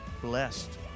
blessed